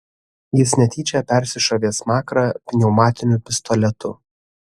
jis netyčia persišovė smakrą pneumatiniu pistoletu